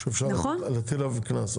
שאפשר להטיל עליו קנס.